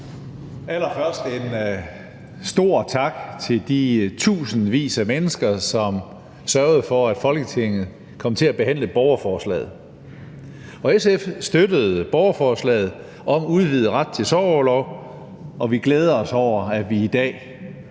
Allerførst en stor tak til de tusindvis af mennesker, som sørgede for, at Folketinget kom til at behandle borgerforslaget. SF støttede borgerforslaget om udvidet ret til sorgorlov, og vi glæder os over, at vi i dag